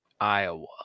Iowa